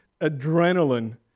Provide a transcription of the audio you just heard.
adrenaline